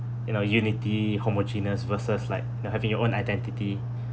you know unity homogeneous versus like you're having your own identity